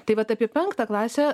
tai vat apie penktą klasę